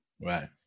Right